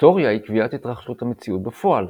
היסטוריה היא קביעת התרחשות המציאות בפועל,